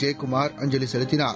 ஜெயக்குமார் அஞ்சலி செலுத்தினார்